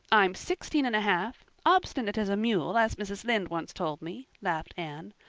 i'm sixteen and a half, obstinate as a mule as mrs. lynde once told me, laughed anne.